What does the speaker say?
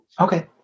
Okay